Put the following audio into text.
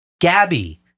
Gabby